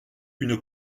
une